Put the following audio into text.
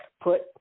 put